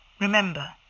Remember